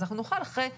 אנחנו נוכל אחרי שבוע.